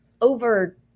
over